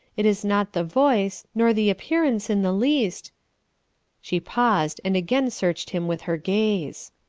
it is not the voice, nor the appearance in the least she paused and again searched him with her gaze.